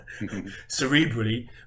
cerebrally